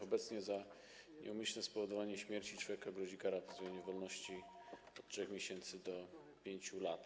Obecnie za nieumyślne spowodowanie śmierci człowieka grozi kara pozbawienia wolności od 3 miesięcy do 5 lat.